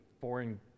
foreign